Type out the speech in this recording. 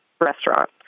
restaurant